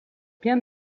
bien